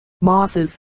mosses